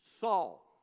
Saul